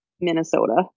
Minnesota